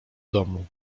domu